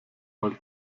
mal